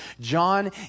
John